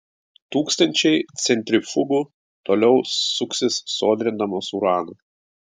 tūkstančiai centrifugų toliau suksis sodrindamos uraną